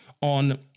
on